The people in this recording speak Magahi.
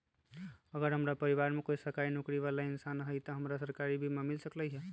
अगर हमरा परिवार में कोई सरकारी नौकरी बाला इंसान हई त हमरा सरकारी बीमा मिल सकलई ह?